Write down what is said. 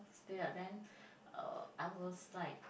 spill ah then uh I was like